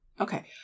Okay